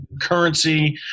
currency